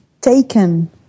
taken